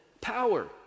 power